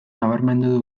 nabarmendu